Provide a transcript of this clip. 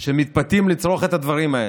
שמתפתים לצרוך את הדברים האלה.